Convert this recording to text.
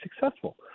successful